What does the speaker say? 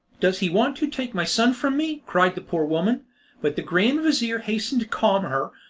does he want to take my son from me? cried the poor woman but the grand-vizir hastened to calm her,